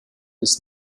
des